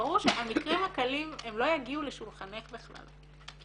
ברור שהמקרים הקלים לא יגיעו לשולחנך בכלל כי